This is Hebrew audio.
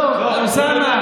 אוסאמה,